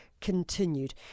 continued